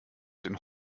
den